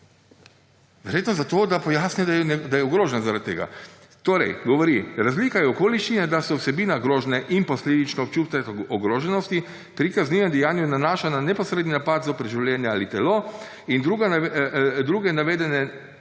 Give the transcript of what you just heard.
Verjetno zato, da pojasni, da je ogrožen zaradi tega. Torej govori, razlika je v okoliščini, da se vsebina grožnje in posledično občutek ogroženosti pri kaznivem dejanju nanaša na neposredni napad zoper življenje ali telo in druge navedene